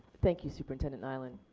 thank you superintendent nyland.